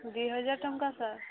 ଦୁଇ ହଜାର ଟଙ୍କା ସାର୍